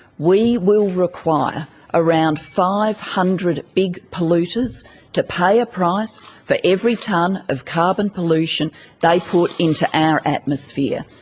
we will require around five hundred big polluters to pay a price for every tonne of carbon pollution they put into our atmosphere,